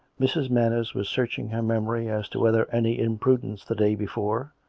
mrs. manners was searching her memory as to whether any imprudence the day before,